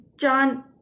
John